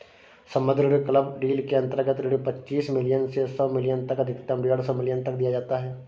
सम्बद्ध ऋण club deal के अंतर्गत ऋण पच्चीस मिलियन से सौ मिलियन तक अधिकतम डेढ़ सौ मिलियन तक दिया जाता है